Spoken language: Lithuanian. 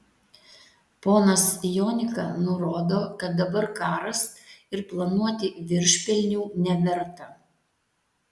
ponas jonika nurodo kad dabar karas ir planuoti viršpelnių neverta